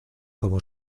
como